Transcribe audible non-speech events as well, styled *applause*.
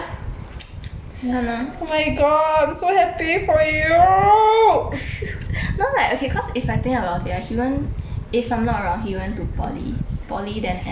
看啊 *laughs* no lah okay cause if I think about it right he went if I'm not wrong he went to poly poly then N_S